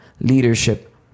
leadership